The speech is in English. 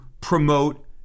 promote